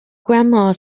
grandma